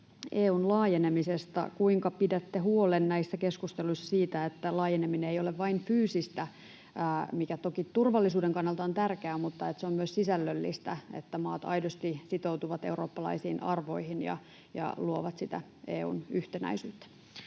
EU:n laajenemisesta. Kuinka pidätte huolen näissä keskusteluissa siitä, että laajeneminen ei ole vain fyysistä, mikä toki turvallisuuden kannalta on tärkeää, vaan se on myös sisällöllistä, että maat aidosti sitoutuvat eurooppalaisiin arvoihin ja luovat sitä EU:n yhtenäisyyttä?